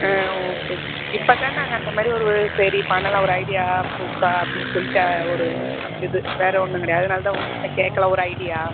ஆ okay இப்போ தான் நாங்கள் அந்த மாரி ஒரு சரி பண்ணலாம் ஒரு ஐடியா புதுசாக அப்படின்னு சொல்லிட்டு ஒரு இது வேறு ஒன்றும் கிடையாது அதனால் தான் உங்கள்கிட்ட கேட்கலாம் ஒரு ஐடியா